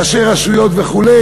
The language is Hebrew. ראשי רשויות וכו'.